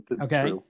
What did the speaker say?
Okay